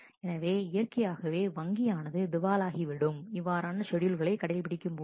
எனவே இயற்கையாகவே வங்கியானது திவாலாகி விடும் இவ்வாறான ஷெட்யூல்களை கடைபிடிக்கும் போது